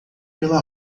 pela